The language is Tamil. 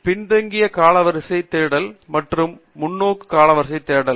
பின்தங்கிய காலவரிசை தேடல் மற்றும் முன்னோக்கு காலவரிசை தேடல்